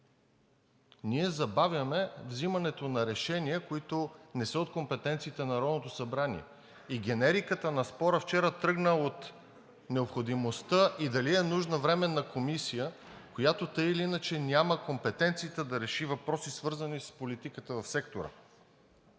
Ние забавяме взимането на решения, които не са от компетенциите на Народното събрание. И генериката на спора вчера тръгна от необходимостта дали е нужна Временна комисия, която така или иначе няма компетенциите да реши въпросите, свързани с политиката в сектора.